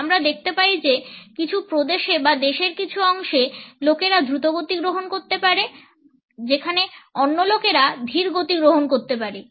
আমরা দেখতে পাই যে কিছু প্রদেশে বা দেশের কিছু অংশে লোকেরা দ্রুত গতি গ্রহণ করতে পারে যেখানে অন্য লোকেরা ধীর গতি গ্রহণ করতে পারে